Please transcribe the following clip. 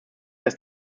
dass